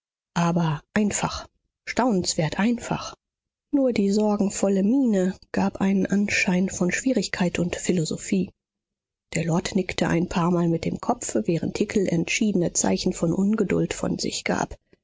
aber einfach staunenswert einfach nur die sorgenvolle miene gab einen anschein von schwierigkeit und philosophie der lord nickte ein paarmal mit dem kopf während hickel entschiedene zeichen von ungeduld von sich gab